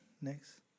next